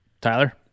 Tyler